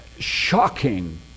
shocking